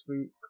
week